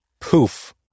Poof